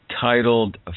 titled